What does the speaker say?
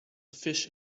fish